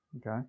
Okay